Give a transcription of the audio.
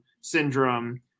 syndrome